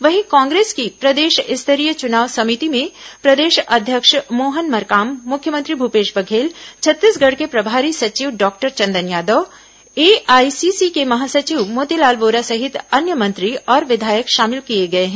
वहीं कांग्रेस की प्रदेश स्तरीय चुनाव समिति में प्रदेश अध्यक्ष मोहन मरकाम मुख्यमंत्री भूपेश बघेल छत्तीसगढ़ के प्रभारी सचिव डॉक्टर चंदन यादव एआईसीसी के महासचिव मोतीलाल वोरा सहित अन्य मंत्री और विधायक शामिल किए गए हैं